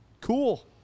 cool